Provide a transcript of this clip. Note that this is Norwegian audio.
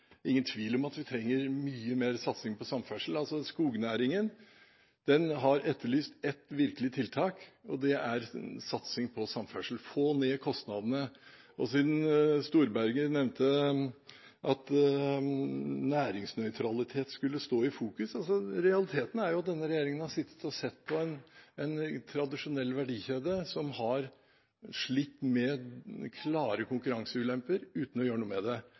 ingen tvil om at vi trenger mye mer satsing på samferdsel. Skognæringen har etterlyst ett virkelig tiltak, og det er satsing på samferdsel, som får ned kostnadene. Storberget nevnte at næringsnøytralitet skulle stå i fokus, men realiteten er at den rød-grønne regjeringen har sittet og sett på en tradisjonell verdikjede som har slitt med klare konkurranseulemper, uten å gjøre noe med det.